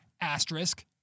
asterisk